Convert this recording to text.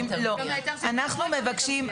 מבקשים,